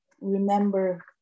remember